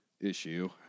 issue